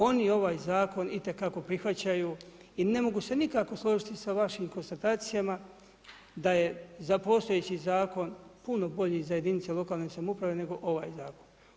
Oni ovaj Zakon itekako prihvaćaju i ne mogu se nikako složiti sa vašim konstatacijama da je za postojeći zakon puno bolji za jedinice lokalne samouprave nego ovaj Zakon.